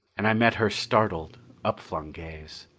and i met her startled upflung gaze.